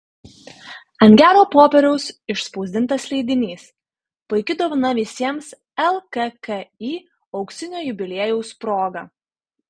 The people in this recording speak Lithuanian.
ant gero popieriaus išspausdintas leidinys puiki dovana visiems lkki auksinio jubiliejaus proga